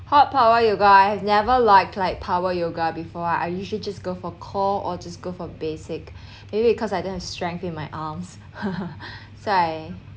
hot power yoga I have never liked like power yoga before I usually just go for core or just go for basic maybe because I didn't have strength in my arms so I